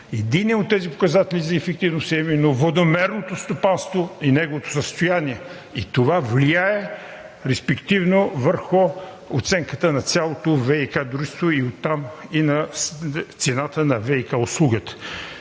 единият от тези показатели за ефективност е именно водомерното стопанство и неговото състояние. Това влияе респективно върху оценката на цялото ВиК дружество, а оттам и на цената на ВиК услугата.